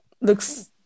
looks